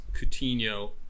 Coutinho